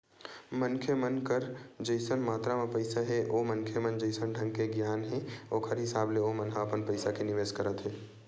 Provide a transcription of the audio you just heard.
मनखे मन कर जइसन मातरा म पइसा हे ओ मनखे म जइसन ढंग के गियान हे ओखर हिसाब ले ओमन ह अपन पइसा के निवेस करत हे